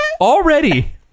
Already